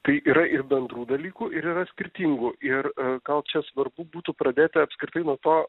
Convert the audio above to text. tai yra ir bendrų dalykų ir yra skirtingų ir e gal čia svarbu būtų pradėti apskritai nuo to